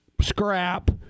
Scrap